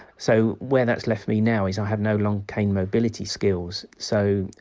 so, where that's left me now is i have no long cane mobility skills, so,